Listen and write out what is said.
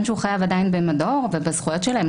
שהוא חייב עדיין במדור ובזכויות שלהם.